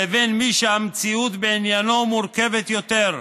לבין מי שהמציאות בעניינו מורכבת יותר,